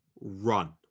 run